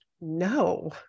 no